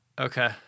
Okay